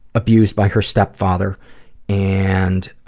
abused by her step-father and